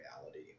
reality